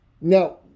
Now